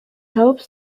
helps